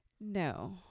No